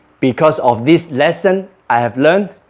because of this lesson i have learned